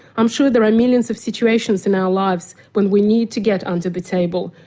i am sure there are millions of situations in our lives when we need to get under the table,